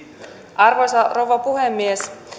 arvoisa rouva puhemies